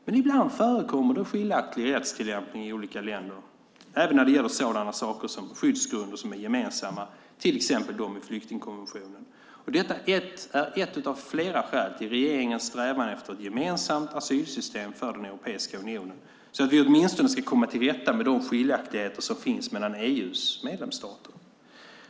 Men ibland förekommer det skiljaktigheter i rättstillämpningen i olika länder, även när det gäller sådana saker som skyddsgrunder som är gemensamma, till exempel de i flyktingkonventionen. Detta är ett av flera skäl till regeringens strävan efter ett gemensamt asylsystem för Europeiska unionen så att vi åtminstone ska komma till rätta med de skiljaktigheter som finns mellan EU:s medlemsstater.